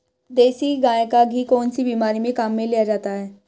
देसी गाय का घी कौनसी बीमारी में काम में लिया जाता है?